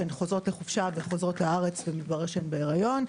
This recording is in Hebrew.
כשהן נוסעות לחופשה וחוזרות לארץ אז מתברר שהן בהריון.